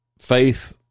faith